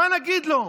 מה נגיד לו?